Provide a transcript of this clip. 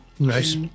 Nice